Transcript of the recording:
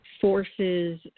forces